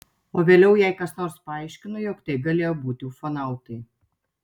o vėliau jai kas nors paaiškino jog tai galėjo būti ufonautai